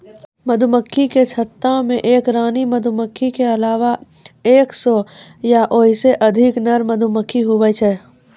मधुमक्खी के छत्ता मे एक रानी मधुमक्खी के अलावा एक सै या ओहिसे अधिक नर मधुमक्खी हुवै छै